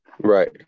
Right